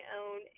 own